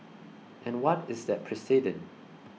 and what is that precedent